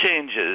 changes